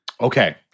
Okay